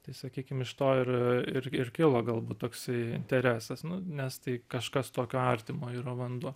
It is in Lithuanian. tai sakykim iš to ir ir kilo galbūt toksai interesas nu nes tai kažkas tokio artimo yra vanduo